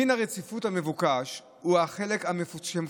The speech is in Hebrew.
דין הרציפות המבוקש הוא על החלק שפוצל